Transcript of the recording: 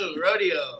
Rodeo